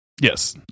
Yes